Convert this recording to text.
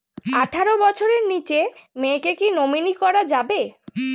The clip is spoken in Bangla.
আঠারো বছরের নিচে মেয়েকে কী নমিনি করা যাবে?